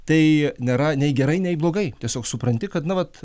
tai nėra nei gerai nei blogai tiesiog supranti kad na vat